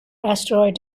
asteroid